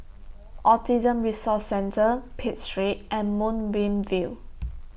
Autism Resource Centre Pitt Street and Moonbeam View